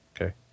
Okay